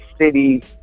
city